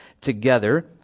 together